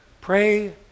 Pray